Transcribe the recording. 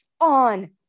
on